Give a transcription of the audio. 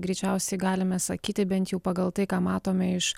greičiausiai galime sakyti bent jau pagal tai ką matome iš